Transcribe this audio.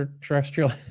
terrestrial